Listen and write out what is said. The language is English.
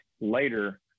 later